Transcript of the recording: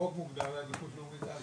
החוק מוגדר עדיפות לאומית.